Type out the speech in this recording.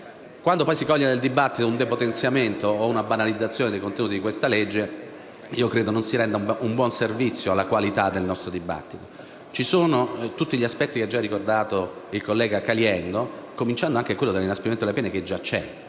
Quando poi si coglie nel dibattito un depotenziamento o una banalizzazione dei contenuti di questo provvedimento, credo non si renda un buon servizio alla qualità del nostro dibattito. Ci sono tutti gli aspetti che ha già ricordato il collega Caliendo, a cominciare da quello dell'inasprimento delle pene che già è